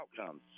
outcomes